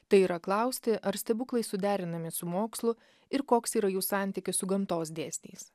tai yra klausti ar stebuklai suderinami su mokslu ir koks yra jų santykis su gamtos dėsniais